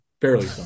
Barely